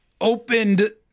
opened